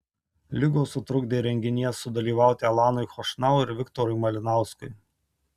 ligos sutrukdė renginyje sudalyvauti alanui chošnau ir viktorui malinauskui